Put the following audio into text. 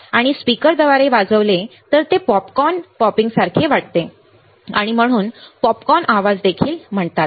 आणि स्पीकर द्वारे वाजवले ते पॉपकॉर्न पॉपिंगसारखे वाटते आणि म्हणून पॉपकॉर्न आवाज देखील म्हणतात